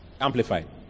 Amplified